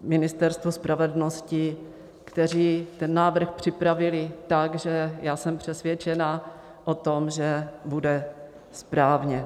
Ministerstvu spravedlnosti, kteří ten návrh připravili tak, že já jsem přesvědčena o tom, že bude správný.